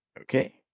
okay